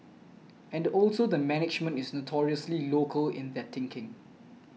and also the management is notoriously local in their thinking